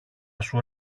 σου